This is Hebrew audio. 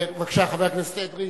בבקשה, חבר הכנסת אדרי.